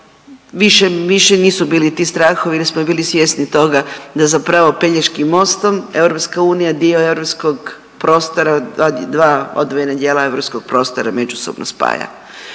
više nisu bili ti strahovi jer smo bili svjesni toga da zapravo pelješkim mostom EU dio europskog prostora, dva odvojena dijela europskog prostora međusobno spaja.